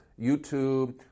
YouTube